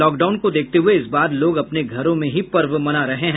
lockdown को देखते हुये इस बार लोग अपने घरों में ही पर्व मना रहे हैं